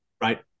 Right